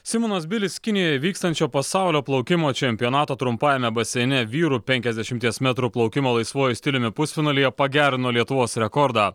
simonas bilis kinijoje vykstančio pasaulio plaukimo čempionato trumpajame baseine vyrų penkiasdešimties metrų plaukimo laisvuoju stiliumi pusfinalyje pagerino lietuvos rekordą